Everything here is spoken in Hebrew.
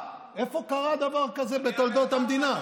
איפה קרה דבר כזה בתולדות המדינה?